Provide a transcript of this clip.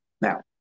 Now